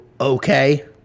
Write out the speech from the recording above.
okay